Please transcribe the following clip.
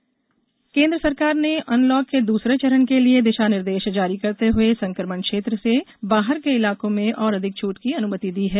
unlock दिशानिर्देश केन्द्र सरकार ने अनलॉक के दूसरे चरण के लिए दिशानिर्देश जारी करते हुए संक्रमण क्षेत्र से बाहर के इलाकों में और अधिक छूट की अनुमति दी है